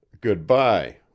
Good-bye